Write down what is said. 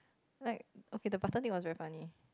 like okay the button thing was very funny